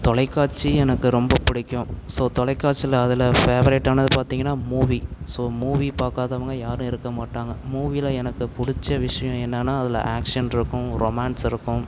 தொலைக்காட்சி எனக்கு ரொம்ப பிடிக்கும் ஸோ தொலைக்காட்சியில அதில் ஃபேவரட்டானது பார்த்திங்கன்னா மூவி ஸோ மூவி பார்க்காதவங்க யாரும் இருக்க மாட்டாங்க மூவியில எனக்கு பிடிச்ச விஷயம் என்னான்னா அதில் ஆக்சன் இருக்கும் ரொமான்ஸ் இருக்கும்